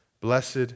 Blessed